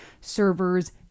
servers